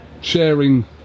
sharing